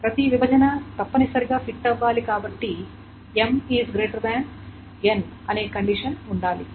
ప్రతి విభజన తప్పనిసరిగా ఫిట్ అవ్వాలి కాబట్టి అనే కండిషన్ ఉండాలి